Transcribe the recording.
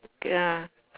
ya